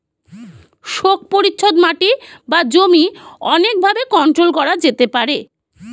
শোক পরিচ্ছদ মাটি বা জমি অনেক ভাবে কন্ট্রোল করা যেতে পারে